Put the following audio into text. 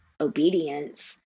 obedience